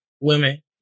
women